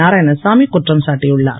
நாராயணசாமி குற்றம் சாட்டியுள்ளார்